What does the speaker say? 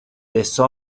distrito